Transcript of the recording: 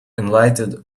enlightened